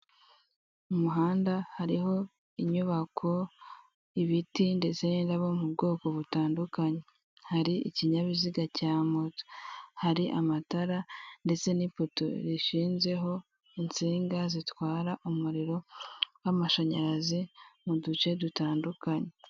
Umuhanda hariho inyubako, ibiti ndetse ndabona ubwoko butandukanye hari ikinyabiziga cya moto, hari amatara ndetse n'ipoto rishinzeho insinga zitwara umuriro w'amashanyarazi mu duce dutandukanye.